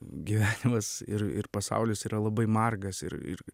gyvenimas ir ir pasaulis yra labai margas ir ir